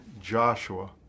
Joshua